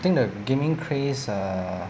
think the gaming craze err